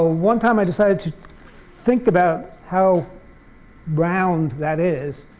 ah one time i decided to think about how round that is,